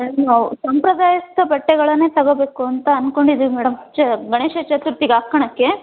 madam ನಾವು ಸಂಪ್ರದಾಯಸ್ಥ ಬಟ್ಟೆಗಳನ್ನೇ ತಗೋಬೇಕು ಅಂತ ಅನ್ಕೊಂಡಿದೀವಿ ಮೇಡಮ್ ಚ ಗಣೇಶ ಚತುರ್ಥಿಗೆ ಹಾಕ್ಕೋಳಕ್ಕೆ